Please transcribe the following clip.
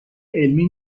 علمی